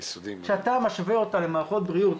כשאתה משווה אותה למערכות בריאות